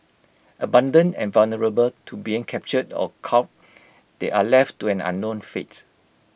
abandoned and vulnerable to being captured or call they are left to an unknown fate